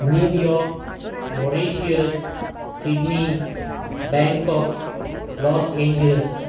New York Mauritius Sydney Bangkok Los Angeles